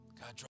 God